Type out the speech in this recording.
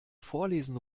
vorlesen